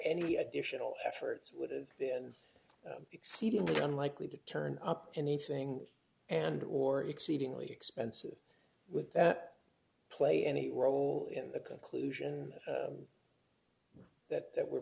any additional efforts would have been exceedingly unlikely to turn up anything and or exceedingly expensive with that play any role in the conclusion that that we're